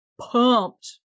pumped